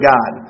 God